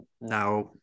now